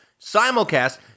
simulcast